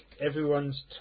everyone's